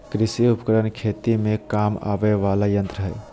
कृषि उपकरण खेती में काम आवय वला यंत्र हई